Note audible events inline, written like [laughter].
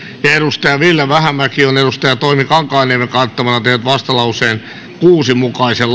ja ja ville vähämäki on toimi kankaanniemen kannattamana tehnyt vastalauseen kuuden mukaisen [unintelligible]